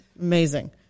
amazing